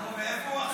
נו, ואיפה הוא עכשיו?